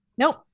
Nope